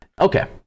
Okay